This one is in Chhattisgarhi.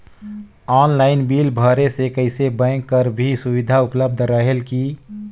ऑनलाइन बिल भरे से कइसे बैंक कर भी सुविधा उपलब्ध रेहेल की?